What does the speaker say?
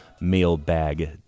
mailbag